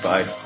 Bye